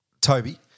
Toby